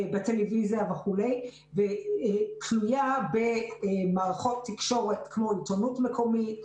בטלוויזיה וכולי ותלויה במערכות תקשורת כמו עיתונות מקומית,